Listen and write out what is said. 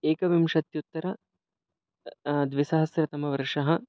एकविंशत्युत्तरं द्विसहस्रतमवर्षः